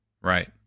Right